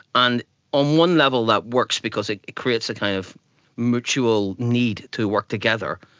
and on one level that works because it creates a kind of mutual need to work together,